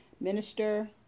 minister